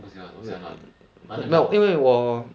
不喜欢我喜欢蓝